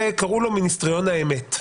לזה קראו מיניסטריון האמת.